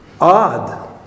Odd